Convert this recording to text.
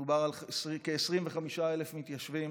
מדובר על כ-25,000 מתיישבים.